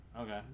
Okay